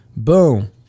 Boom